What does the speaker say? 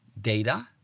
data